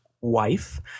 wife